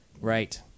Right